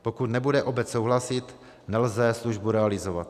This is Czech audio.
Pokud nebude obec souhlasit, nelze službu realizovat.